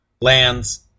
lands